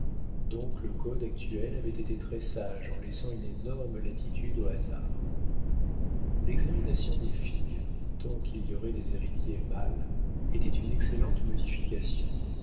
donc le code actuel avait été très sage en laissant une énorme latitude aux hasards l'exhérédation des filles tant qu'il y aurait des héritiers mâles était une excellente modification